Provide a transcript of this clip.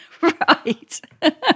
Right